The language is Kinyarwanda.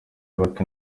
yubaka